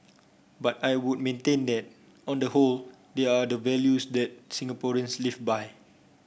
but I would maintain that on the whole they are the values that Singaporeans live by